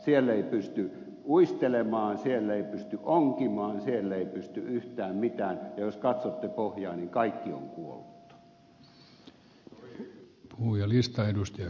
siellä ei pysty uistelemaan siellä ei pysty onkimaan siellä ei pysty yhtään mitään ja jos katsotte pohjaan niin kaikki on kuollut